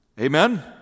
Amen